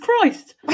Christ